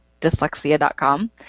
Dyslexia.com